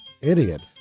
Idiot